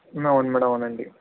అవును మ్యాడం అవునండి